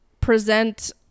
present